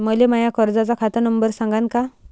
मले माया कर्जाचा खात नंबर सांगान का?